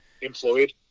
employed